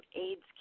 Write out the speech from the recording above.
AIDS